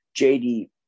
JD